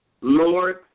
Lord